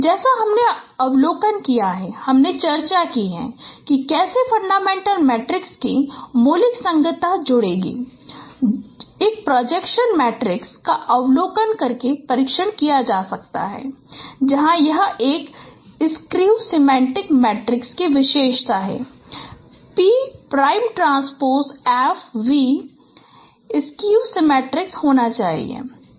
जैसे हमने अवलोकन किया हमने चर्चा की है कि कैसे फंडामेंटल मैट्रिक्स की मौलिक संगतता जोड़ेगी एक प्रोजेक्शनल मेट्रिसेस का अवलोकन करके परीक्षण किया जा सकता है जहाँ यह है कि स्किव सिमेट्रिक मैट्रिक्स विशेषता है P prime transpose F P skew symmetric होना चाहिए